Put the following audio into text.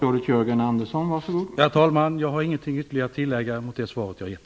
Herr talman! Jag har inget ytterligare att tillägga utöver det svar jag har gett.